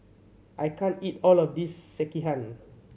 I can't eat all of this Sekihan